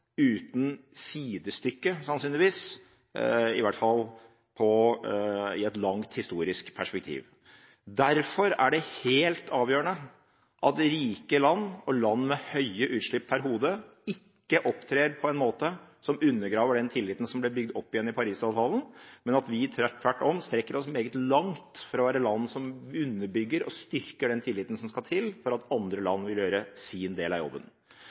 uten sidestykke, i hvert fall i et langt historisk perspektiv. Derfor er det helt avgjørende at rike land og land med store utslipp per hode ikke opptrer på en måte som undergraver den tilliten som ble bygd opp igjen i Paris-avtalen, men at vi tvert om strekker oss meget langt for å være et land som underbygger og styrker den tilliten som skal til for at andre land vil gjøre sin del av jobben.